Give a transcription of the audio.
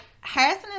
Harrison